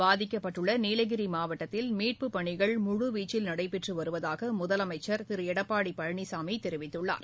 பாதிக்கப்பட்டுள்ளநீலகிரிமாவட்டத்தில் கனமையால் மீட்ப்புப்பணிகள் முழுவீச்சில் நடைபெற்றுவருவதாகமுதலமைச்சர் திருஎடப்பாடிபழனிசாமிதெரிவித்துள்ளார்